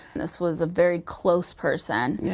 this was a very close person. yeah